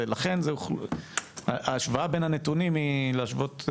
ולכן ההשוואה בין הנתונים היא לא כל כך.